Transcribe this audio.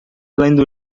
lendo